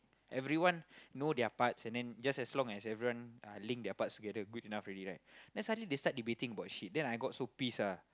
everyone know their parts and then just as long as everyone uh link their parts together good enough already right then suddenly they start debating about shit then I got so pissed ah